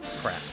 Crap